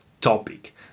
topic